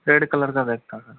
red colour का bag था sir